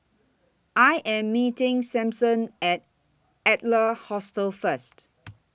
I Am meeting Sampson At Adler Hostel First